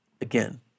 Again